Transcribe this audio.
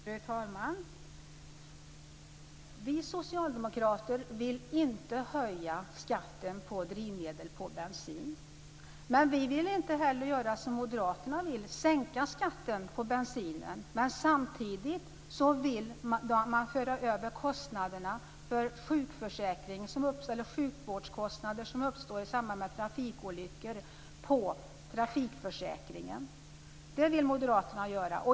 Fru talman! Vi socialdemokrater vill inte höja skatten på bensin. Men vi vill inte heller göra som Moderaterna vill, dvs. sänka skatten på bensinen. Samtidigt vill de föra över sjukvårdskostnader som uppstår i samband med trafikolyckor på trafikförsäkringen. Det vill Moderaterna göra.